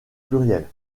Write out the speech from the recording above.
pluriel